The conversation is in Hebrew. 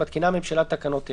מתקינה הממשלה תקנות אלה: